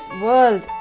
world